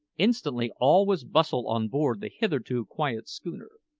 instantly all was bustle on board the hitherto quiet schooner.